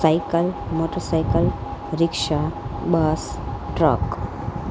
cycle motorcycle rickshaw bus truck